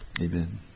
amen